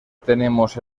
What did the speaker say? tenemos